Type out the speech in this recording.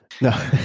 No